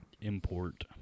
Import